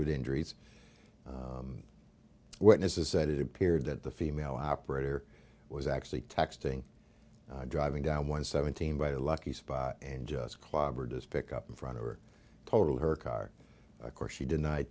with injuries witnesses said it appeared that the female operator was actually texting and driving down one seventeen by the lucky spot and just clobbered as pick up in front of her total her car of course she denied